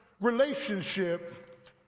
relationship